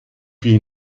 viel